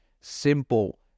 simple